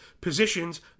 positions